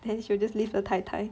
then she will just live a tai tai